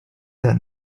that